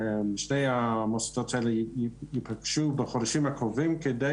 שני המוסדות האלה ייפגשו בחודשים הקרובים כדי